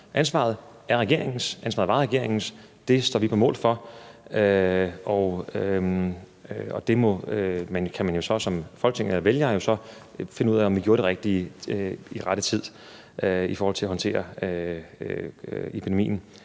Ansvaret er regeringens, ansvaret var regeringens, og det står vi på mål for. Og der kan man jo så som Folketing og vælgere finde ud af, om vi gjorde det rigtige i rette tid i forhold til at håndtere epidemien.